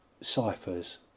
ciphers